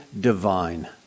divine